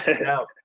No